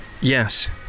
Yes